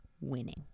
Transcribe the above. Winning